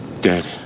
dead